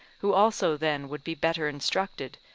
who also then would be better instructed,